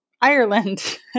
Ireland